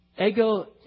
Ego